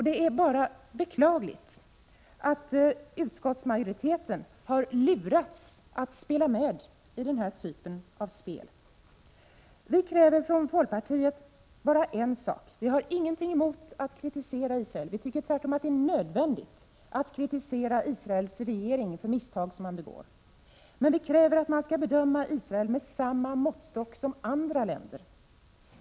Det är bara beklagligt att utskottsmajoriteten har lurats att spela med i den här typen av spel. Vi kräver från folkpartiet bara en sak. Vi har ingenting emot att Israel kritiseras — vi tycker tvärtom att det är nödvändigt att kritisera Israels regering för misstag som har begåtts — men vi kräver att man bedömer Israel med samma måttstock som andra länder.